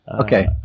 Okay